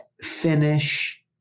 finish